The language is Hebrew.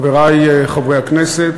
חברי חברי הכנסת,